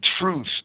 truth